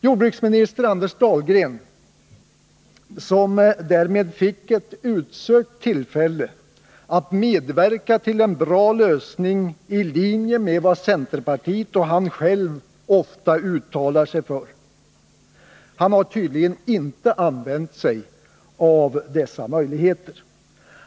Jordbruksministern Anders Dahlgren, som därmed fick ett utsökt tillfälle att medverka till en bra lösning i linje med vad centerpartiet och han själv ofta uttalar sig för, har tydligen inte använt sig av dessa möjligheter.